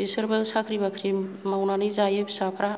बिसोरबो साख्रि बाख्रि मावनानै जायो फिसाफ्रा